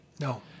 No